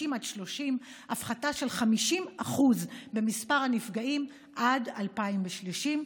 "50 עד 30" הפחתה של 50% במספר הנפגעים עד 2030,